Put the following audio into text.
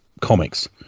comics